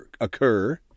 occur